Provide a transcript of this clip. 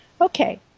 Okay